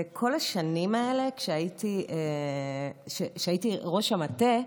ובכל השנים האלה שהייתי ראש המטה,